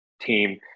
team